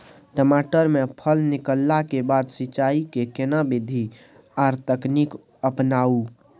टमाटर में फल निकलला के बाद सिंचाई के केना विधी आर तकनीक अपनाऊ?